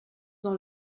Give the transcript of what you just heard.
dans